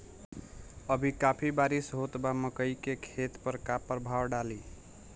अभी काफी बरिस होत बा मकई के खेत पर का प्रभाव डालि?